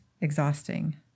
exhausting